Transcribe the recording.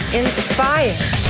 inspired